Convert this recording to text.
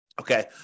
Okay